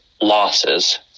Losses